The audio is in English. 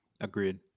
Agreed